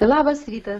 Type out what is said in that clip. labas rytas